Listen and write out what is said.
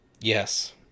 Yes